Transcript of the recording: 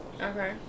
Okay